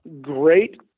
great